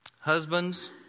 husbands